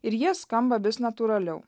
ir jie skamba vis natūraliau